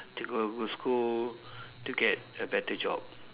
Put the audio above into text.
to go a good school to get a better job